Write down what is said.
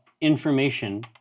information